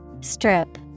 Strip